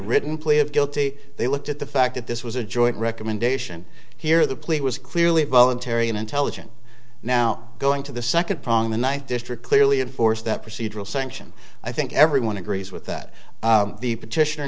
written plea of guilty they looked at the fact that this was a joint recommendation here the plea was clearly voluntary and intelligent now going to the second prong the night district clearly enforced that procedural sanction i think everyone agrees with that the petition